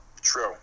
True